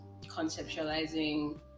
conceptualizing